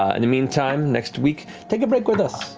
and the meantime, next week, take a break with us.